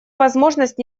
возможность